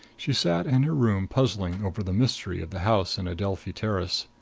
she sat in her room puzzling over the mystery of the house in adelphi terrace.